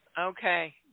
Okay